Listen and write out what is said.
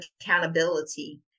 accountability